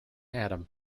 adam